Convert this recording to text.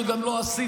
וגם לא עשית,